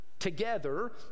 together